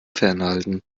fernhalten